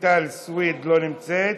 רויטל סויד, לא נמצאת,